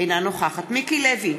אינה נוכחת מיק לוי,